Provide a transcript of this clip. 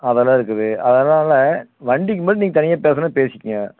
அதெல்லாம் இருக்குது அதெல்லாம் இல்லை வண்டிக்கு மட்டும் நீங்கள் தனியாக பேசுகிறதுனா பேசிக்கங்க